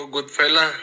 Goodfella